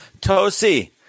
Tosi